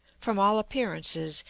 from all appearances,